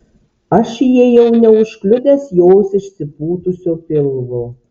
aš įėjau neužkliudęs jos išsipūtusio pilvo